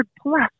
plus